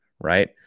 right